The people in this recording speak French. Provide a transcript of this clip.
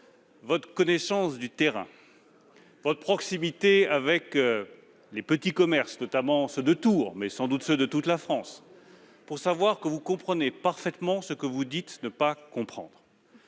votre connaissance du terrain, votre proximité avec les petits commerces- notamment ceux de Tours, mais sans doute aussi ceux de toute la France -, pour savoir que vous comprenez parfaitement ce que vous dites ne pas comprendre.